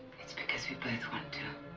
it's because we both want to